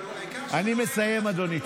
אני מסיים, אדוני.